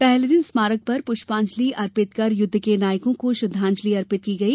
पहले दिन स्मारक पर पुष्पांजलि अर्पित कर युद्ध के नायकों को श्रद्धांजलि दी गई